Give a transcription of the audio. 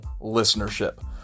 listenership